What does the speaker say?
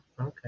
Okay